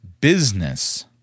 business